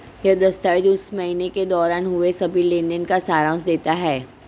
यह दस्तावेज़ उस महीने के दौरान हुए सभी लेन देन का सारांश देता है